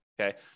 okay